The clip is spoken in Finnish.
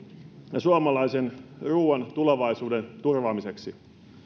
ja suomalaisen ruuan tulevaisuuden turvaamiseksi